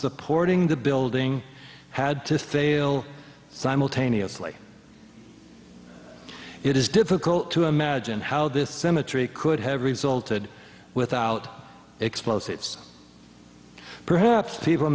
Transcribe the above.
supporting the building had to fail simultaneously it is difficult to imagine how this symmetry could have resulted without explosives perhaps people